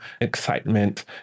excitement